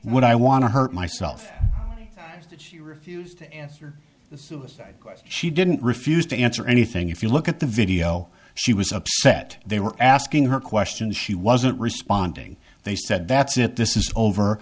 would i want to hurt myself that you refused to answer the suicide question didn't refused to answer anything if you look at the video she was upset they were asking her questions she wasn't responding they said that's it this is over